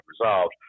resolved